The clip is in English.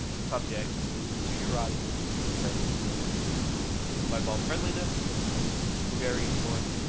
subjects to your article is very important by ball friendliness is very important,